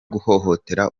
guhohotera